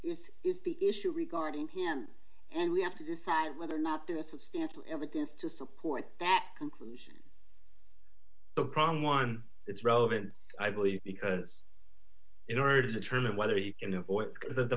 this is the issue regarding him and we have to decide whether or not to a substantial evidence to support that the problem one that's relevant i believe because in order to determine whether you can avoid the